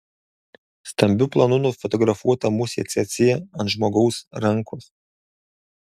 stambiu planu nufotografuota musė cėcė ant žmogaus rankos